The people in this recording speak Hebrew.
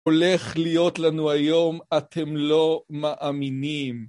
הולך להיות לנו היום, אתם לא מאמינים.